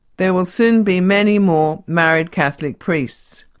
there will soon be many more married catholic priests.